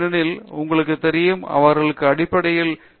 ஏனெனில் உங்களுக்கு தெரியும் அவர்களுக்கு அடிப்படையில் சில எல்லை தள்ளும்